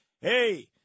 hey